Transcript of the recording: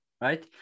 Right